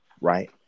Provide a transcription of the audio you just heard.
right